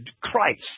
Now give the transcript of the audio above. Christ